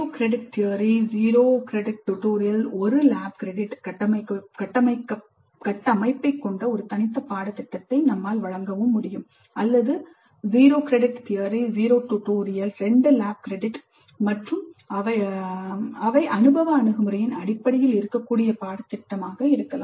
0 theory 0 tutorial 1 lab credit கட்டமைப்பைக் கொண்ட ஒரு தனித்த பாடத்திட்டத்தை வழங்கவும் முடியும் அல்லது 0 தியரி 0 டுடோரியல் 2 லேப் க்ரெடிட் மற்றும் அவை அனுபவ அணுகுமுறையின் அடிப்படையில் இருக்கக்கூடிய பாடத்திட்டமாக இருக்கலாம்